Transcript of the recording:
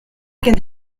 can